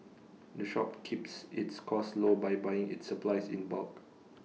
the shop keeps its costs low by buying its supplies in bulk